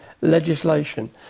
legislation